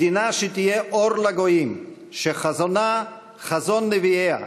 מדינה שתהיה אור לגויים, שחזונה חזון נביאיה,